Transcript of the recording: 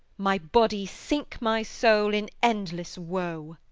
my body sink my soul in endless woe!